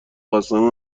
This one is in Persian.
قسم